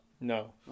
No